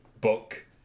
book